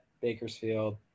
Bakersfield